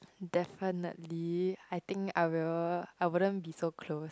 definitely I think I will I wouldn't be so close